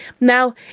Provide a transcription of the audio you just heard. Now